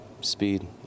speed